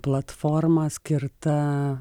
platforma skirta